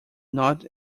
not